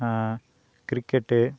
cricket